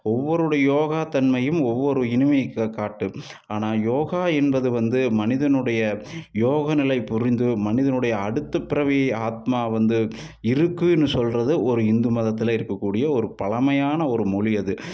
ஒவ்வொருடைய யோகா தன்மையும் ஒவ்வொரு இனிமையை காட்டும் ஆனால் யோகா என்பது வந்து மனிதனுடைய யோக நிலை புரிஞ்சு மனிதனுடைய அடுத்த பிறவி ஆத்மா வந்து இருக்குனு சொல்கிறது ஒரு இந்து மதத்தில் இருக்கக்கூடிய ஒரு பழமையான மொழி ஒரு அது